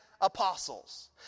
apostles